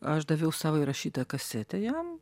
aš daviau savo įrašytą kasetę jam